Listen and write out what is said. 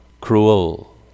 cruel